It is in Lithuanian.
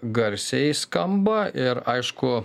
garsiai skamba ir aišku